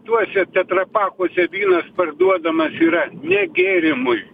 tuose tetrapakuose vynas parduodamas yra ne gėrimui